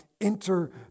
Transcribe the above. enter